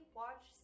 watch